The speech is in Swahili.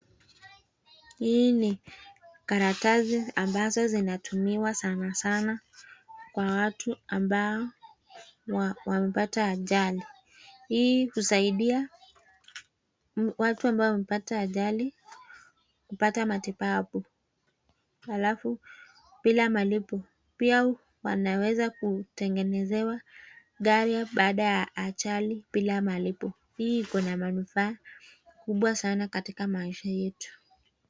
Hii ni karatasi ambazo zinatumiwa sana sana kwa watu ambao wamepata ajali. Hii husaidia watu ambao wamepata ajali kupata matibabu, alafu bila malipo. Pia anaweza kutengenezewa gari baada ya ajali bila malipo. Hii ikona manufaa kubwa sana katika maisha yetu.